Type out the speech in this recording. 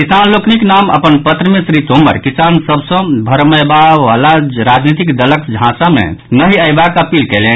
किसान लोकनिक नाम अपन पत्र मे श्री तोमर किसान सभ सँ भरमाबयवला राजनीतिक दलक झांसा मे नहि अयबाक अपील कयलनि